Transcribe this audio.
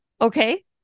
Okay